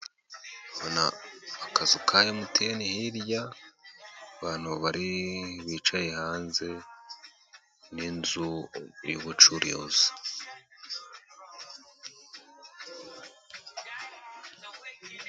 Mbona akazu ka MTN hirya, abantu bari bicaye hanze, n'inzu y'ubucuruzi.